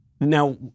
Now